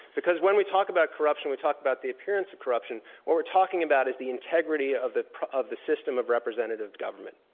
because when we talk about corruption, we talk about the appearance of corruption, what we're talking about is the integrity of the of the system of representative government.